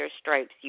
stripes